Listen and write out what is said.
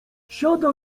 siada